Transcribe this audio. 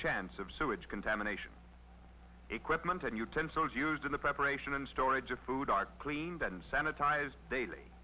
chance of sewage contamination equipment and utensils used in the preparation and storage of food are clean that and sanitize daily